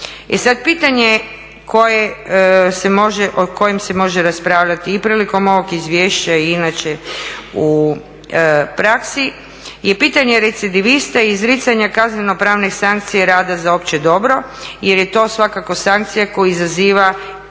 pitanje o kojem se može raspravljati i prilikom ovog izvješća i inače u praksi je pitanje recidivista i izricanja kazneno-pravne sankcije rada za opće dobro jer je to svakako sankcija koja izaziva